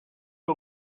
que